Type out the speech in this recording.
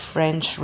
French